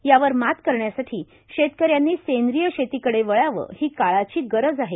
यावर मात करण्यासाठी शेतकऱ्यांनी सेंद्रीय शेतीकडं वळावं ही काळाची गरज आहे